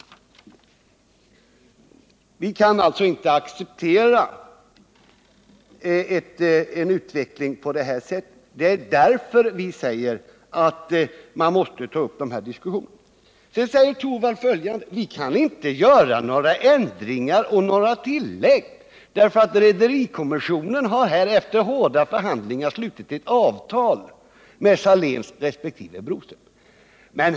Vi kan alltså inte acceptera en sådan här utveckling. Det är också därför som vi säger att diskussioner måste tas upp. Rune Torwald säger att vi inte kan göra några ändringar och tillägg därför att rederikommissionen efter hårda förhandlingar har slutit ett avtal med Saléns och Broströms.